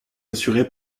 assuré